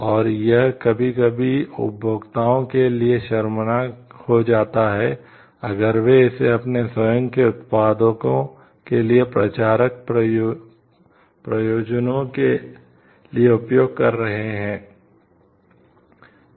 और यह कभी कभी उपभोक्ताओं के लिए शर्मनाक हो जाता है अगर वे इसे अपने स्वयं के उत्पादों के लिए प्रचारक प्रयोजनों के लिए उपयोग कर रहे हैं